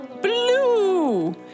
Blue